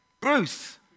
Bruce